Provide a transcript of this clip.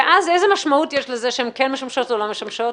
ואז איזו משמעות יש לזה שהן כן משמשות או לא משמשות?